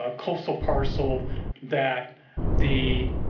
ah close a parcel that the.